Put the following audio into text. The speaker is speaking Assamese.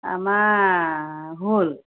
আমাৰ হ'ল